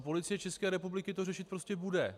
Policie České republiky to řešit prostě bude.